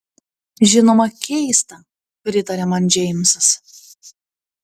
žinoma keista pritarė man džeimsas